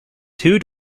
two